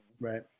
right